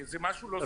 זה משהו לא סביר.